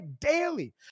daily